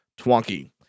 Twonky